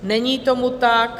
Není tomu tak.